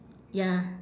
ya